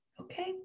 okay